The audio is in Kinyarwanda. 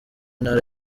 ntara